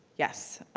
yes,